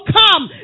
come